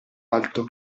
alto